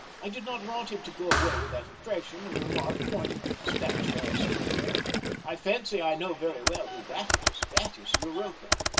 i did not want him to go away with that impression, and remarked, pointing to the statue i have spoken of i fancy i know very well who that is that is europa.